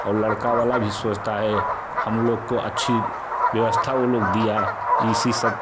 और लड़का वाला भी सोचता है हम लोग को अच्छी व्यवस्था वो लोग दिया इसी सब